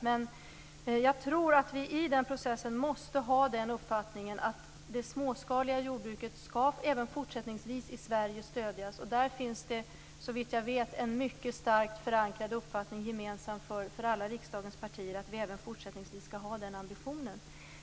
Men jag tror att vi i den processen måste ha uppfattningen att det småskaliga jordbruket även fortsättningsvis skall stödjas i Sverige. Det finns såvitt jag vet en mycket starkt förankrad uppfattning, gemensam för alla riksdagens partier, att vi även fortsättningsvis skall ha den ambitionen.